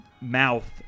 mouth